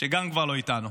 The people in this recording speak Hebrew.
שגם כבר לא איתנו.